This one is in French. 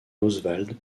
oswald